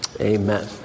Amen